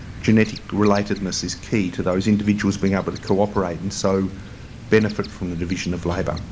genetic relativeness is key to those individuals being able to cooperate and so benefit from the division of labor.